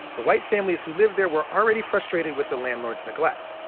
the white families who lived there were already frustrated with the landlord's neglect.